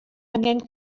angen